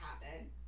happen